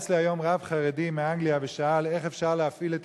היה אצלי היום רב חרדי מאנגליה ושאל: איך אפשר להפעיל את